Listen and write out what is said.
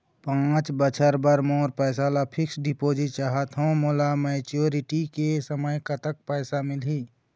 पांच बछर बर मोर पैसा ला फिक्स डिपोजिट चाहत हंव, मोला मैच्योरिटी के समय कतेक पैसा मिल ही?